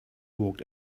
walked